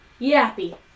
Yappy